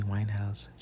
Winehouse